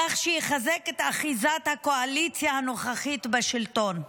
כך שיחזק את אחיזת הקואליציה הנוכחית בשלטון.